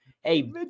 hey